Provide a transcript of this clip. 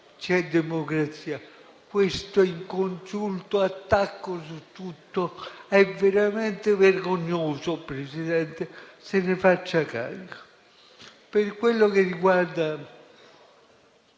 c'è democrazia. L'inconsulto attacco su tutto è veramente vergognoso. Signora Presidente, se ne faccia carico. Per quello che riguarda